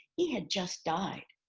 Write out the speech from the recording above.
he had just died,